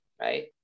right